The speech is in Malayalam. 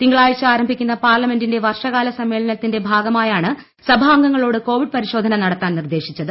തിങ്കളാഴ്ച ആരംഭിക്കുന്ന പാർലമെന്റിന്റെ വർഷകാല സമ്മേളനത്തിന്റെ ് ഭാഗമായാണ് സഭാംഗങ്ങളോട് കോവിഡ് പരിശോധന് നടത്താൻ നിർദ്ദേശിച്ചത്